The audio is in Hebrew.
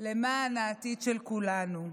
למען העתיד של כולנו.